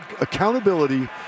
accountability